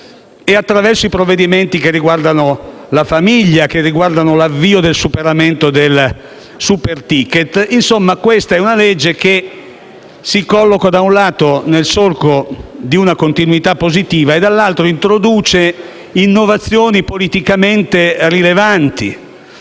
e attraverso i provvedimenti che riguardano la famiglia e l'avvio del superamento del *superticket*. Insomma, questo è un disegno di legge che si colloca, da un lato, nel solco di una continuità positiva, e dall'altro, introduce innovazioni politicamente rilevanti.